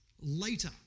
later